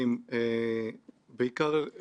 שעדיין חי באיזו אופוריה של כוח,